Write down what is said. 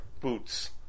boots